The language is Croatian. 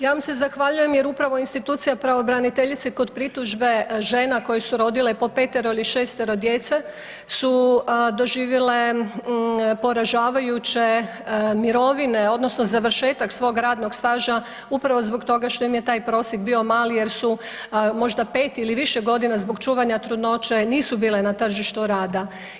Ja vam se zahvaljujem jer upravo institucija pravobraniteljice kod pritužbe žena koje su rodile po 5-ero ili 6-ero djece su doživjele poražavajuće mirovine odnosno završetak svog radnog staža upravo zbog toga što im je taj prosjek bio mali jer su možda 5 ili više godina zbog čuvanja trudnoće nisu bile na tržištu rada.